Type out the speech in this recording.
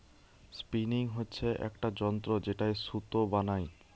spinning হচ্ছে একটা যন্ত্র যেটায় সুতো বানাই